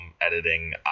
editing